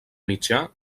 mitjà